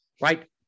right